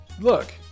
look